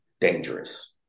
dangerous